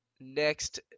Next